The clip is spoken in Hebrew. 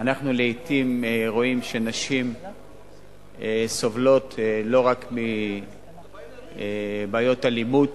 אנחנו לעתים רואים שנשים סובלות לא רק מבעיות אלימות,